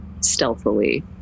stealthily